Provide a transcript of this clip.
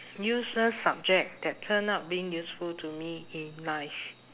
useless subject that turned out being useful to me in life